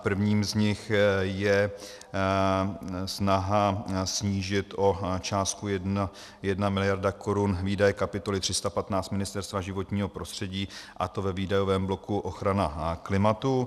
Prvním z nich je snaha snížit o částku 1 mld. korun výdaje kapitoly 315 Ministerstvo životního prostředí, a to ve výdajovém bloku ochrana klimatu.